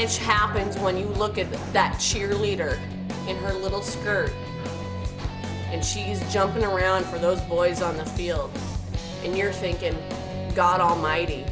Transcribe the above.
is happens when you look at that cheerleader in her little skirt and she's jumping around for those boys on the field in your thinking god almighty